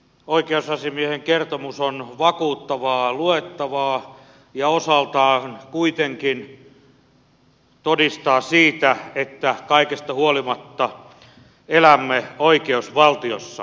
oikeusasiamiehen kertomus on vakuuttavaa luettavaa ja osaltaan kuitenkin todistaa sitä että kaikesta huolimatta elämme oikeusvaltiossa